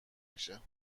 میشه